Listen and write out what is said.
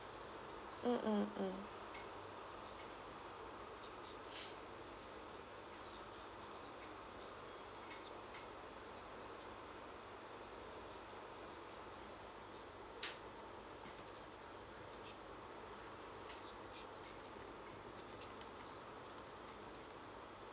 mm mm mm